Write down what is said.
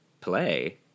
play